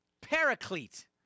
paraclete